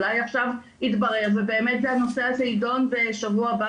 אולי עכשיו יתברר והנושא הזה ידון שבוע הבא